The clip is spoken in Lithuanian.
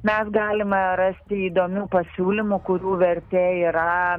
mes galime rasti įdomių pasiūlymų kurių vertė yra